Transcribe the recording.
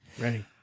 Ready